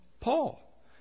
Paul